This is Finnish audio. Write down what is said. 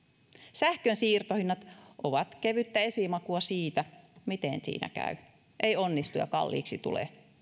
sähkönsiirtohinnat ovat kevyttä esimakua siitä miten siinä käy ei onnistu ja kalliiksi tulee